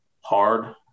hard